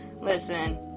listen